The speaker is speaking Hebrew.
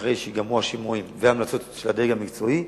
אחרי שייגמרו השימועים וההמלצות של הדרג המקצועי,